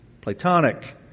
Platonic